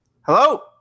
Hello